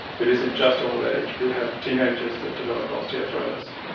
it isn't just old age. we have teenagers that develop osteoarthritis.